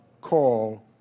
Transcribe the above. call